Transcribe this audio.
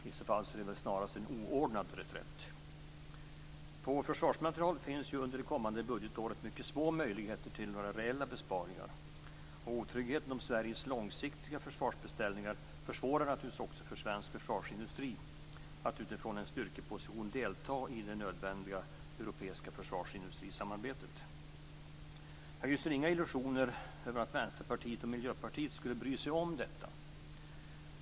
I så fall är det snarast en oordnad reträtt. På försvarsmateriel finns under det kommande budgetåret mycket små möjligheter till några reella besparingar. Otryggheten om Sveriges långsiktiga försvarsbeställningar försvårar naturligtvis också för svensk försvarsindustri att utifrån en styrkeposition delta i det nödvändiga europeiska försvarsindustrisamarbetet. Jag har inga illusioner om att Vänsterpartiet och Miljöpartiet skulle bry sig om detta.